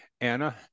Anna